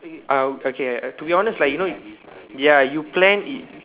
uh okay uh to be honest like you know ya you plan it